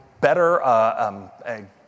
better